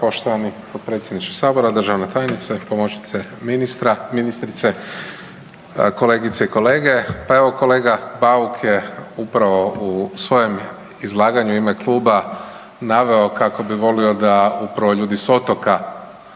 poštovani potpredsjedniče sabora, državna tajnice, pomoćnice ministre, ministrice, kolegice i kolege. Pa evo kolega Bauk je upravo u svojem izlaganju u ime kluba naveo kako bi volio da upravo ljudi s otoka